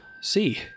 see